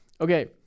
Okay